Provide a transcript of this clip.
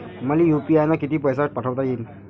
मले यू.पी.आय न किती पैसा पाठवता येईन?